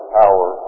power